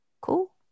cool